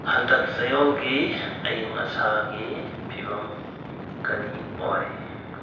ꯍꯟꯗꯛ ꯆꯌꯣꯜꯒꯤ ꯑꯌꯤꯡ ꯑꯁꯥꯒꯤ ꯐꯤꯕꯝ ꯀꯔꯤ ꯑꯣꯏ